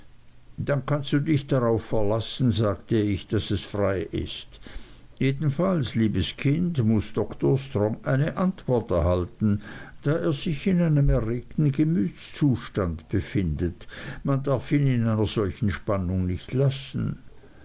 dann kannst du dich darauf verlassen sagte ich daß es frei ist jedenfalls liebes kind muß dr strong eine antwort erhalten da er sich in einem erregten gemütszustand befindet man darf ihn in einer solchen spannung nicht lassen